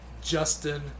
Justin